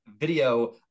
video